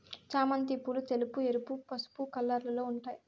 చామంతి పూలు తెలుపు, ఎరుపు, పసుపు కలర్లలో ఉంటాయి